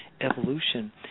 evolution